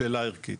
שאלה ערכית.